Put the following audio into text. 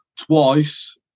twice